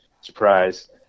Surprise